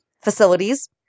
facilities